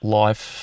life